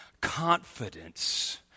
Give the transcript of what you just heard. confidence